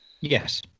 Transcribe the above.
Yes